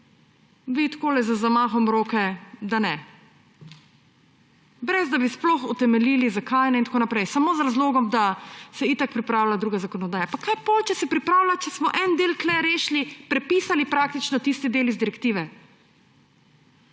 vi takole z zamahom roke, da ne, brez da bi sploh utemeljili, zakaj in tako naprej, samo z razlogom, da se itak pripravlja druga zakonodaja. Pa kaj potem, če se pripravlja, če smo en del tu rešili, prepisali praktično tisti del iz direktive,